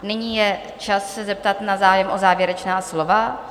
Nyní je čas se zeptat na zájem o závěrečná slova.